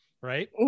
right